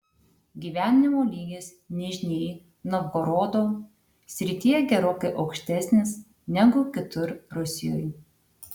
gyvenimo lygis nižnij novgorodo srityje gerokai aukštesnis negu kitur rusijoje